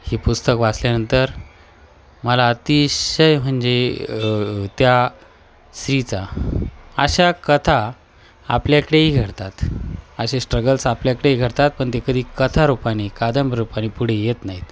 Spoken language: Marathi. हे पुस्तक वाचल्यानंतर मला अतिशय म्हणजे त्या स्त्रीचा अशा कथा आपल्याकडेही घडतात असे स्ट्रगल्स आपल्याकडेही घडतात पण ते कधी कथारूपानी कादंबरीरूपानी पुढे येत नाहीत